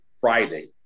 Friday